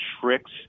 tricks